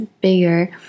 bigger